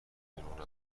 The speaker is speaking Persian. دروغ